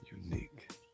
Unique